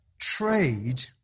trade